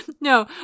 No